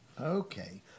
Okay